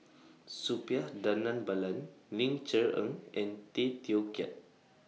Suppiah Dhanabalan Ling Cher Eng and Tay Teow Kiat